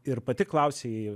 ir pati klausei